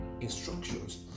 instructions